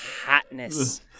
hotness